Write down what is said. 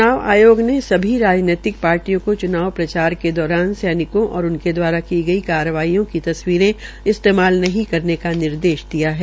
च्नाव आयोग ने सभी राजीतिक पार्टियों को च्नाव प्रचार के दौरान सैनिकों और उनके दवारा की गई कार्रवाईयों की तस्वीरें इस्तेमाल नहीं करने का निर्देश दिया है